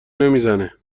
نمیزنه